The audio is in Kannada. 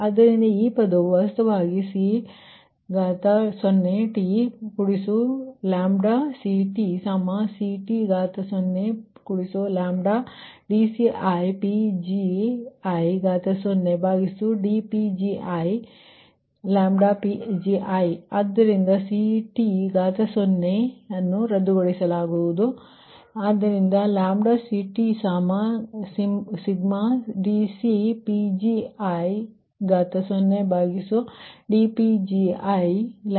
ಆದ್ದರಿಂದ ಈ ಪದವು ವಾಸ್ತವವಾಗಿ CT0CTCT0i1mdCiPgi0dPgiPgi ಆದ್ದರಿಂದ CT0 CT0 ಅನ್ನು ರದ್ದುಗೊಳಿಸಲಾಗುತ್ತದೆ ಆದ್ದರಿಂದ CTi1mdCiPgi0dPgiPgi ಇದು ಸಮೀಕರಣ 16